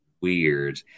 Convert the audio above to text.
weird